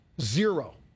zero